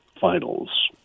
finals